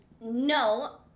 No